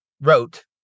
Wrote